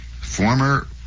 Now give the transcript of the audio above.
former